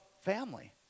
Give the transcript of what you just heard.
family